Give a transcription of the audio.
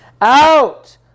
out